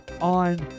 on